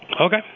Okay